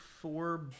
four